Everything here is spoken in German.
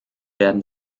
werden